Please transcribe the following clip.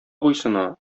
буйсына